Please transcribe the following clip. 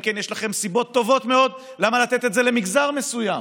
כן יש לכם סיבות טובות מאוד למה לתת את זה למגזר מסוים